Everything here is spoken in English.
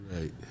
Right